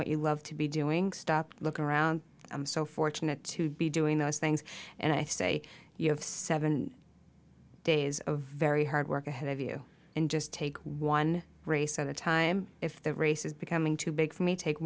what you love to be doing stop look around i'm so fortunate to be doing those things and i say you have seven days of very hard work ahead of you and just take one race at a time if the race is becoming too big for me take